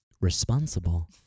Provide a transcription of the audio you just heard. responsible